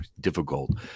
difficult